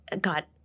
got